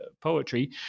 poetry